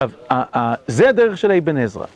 זה הדרך של איבן עזרא.